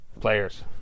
players